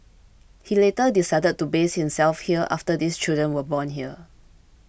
he later decided to base himself here after his children were born here